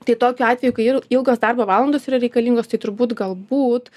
tai tokiu atveju kai il ilgos darbo valandos yra reikalingos tai turbūt galbūt